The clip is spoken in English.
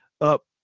up